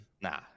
Nah